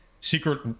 secret